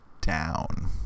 down